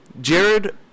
jared